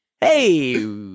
Hey